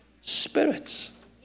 Spirits